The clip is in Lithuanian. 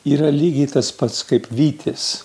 yra lygiai tas pats kaip vytis